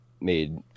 made